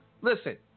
Listen